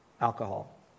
alcohol